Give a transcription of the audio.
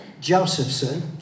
Josephson